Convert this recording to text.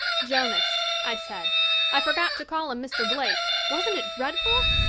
jonas, i said i forgot to call him mr. blake. wasn't it dreadful?